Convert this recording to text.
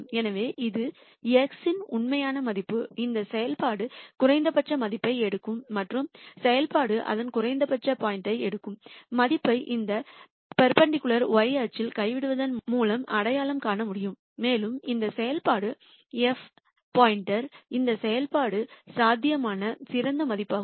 எனவே இது x இன் உண்மையான மதிப்பு இந்த செயல்பாடு குறைந்தபட்ச மதிப்பை எடுக்கும் மற்றும் செயல்பாடு அதன் குறைந்தபட்ச பாயிண்ட்யில் எடுக்கும் மதிப்பை இந்த செங்குத்தாக y அச்சில் கைவிடுவதன் மூலம் அடையாளம் காண முடியும் மேலும் இந்த செயல்பாடு f இந்த செயல்பாடு சாத்தியமான சிறந்த மதிப்பாகும்